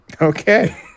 Okay